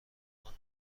ماند